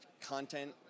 content